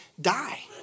die